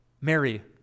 Mary